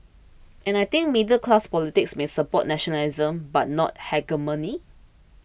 and I think middle class politics may support nationalism but not hegemony